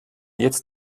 jetzt